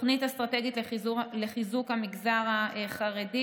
תוכנית אסטרטגית לחיזוק המגזר החרדי